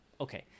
okay